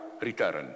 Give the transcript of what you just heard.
return